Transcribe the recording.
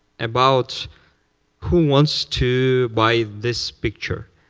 about who wants to buy this picture.